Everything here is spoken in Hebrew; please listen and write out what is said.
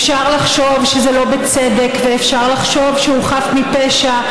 אפשר לחשוב שזה לא בצדק ואפשר לחשוב שהוא חף מפשע,